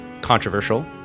controversial